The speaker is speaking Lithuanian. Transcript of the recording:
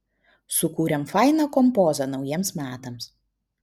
sukūrėm fainą kompozą naujiems metams